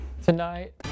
Tonight